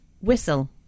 Whistle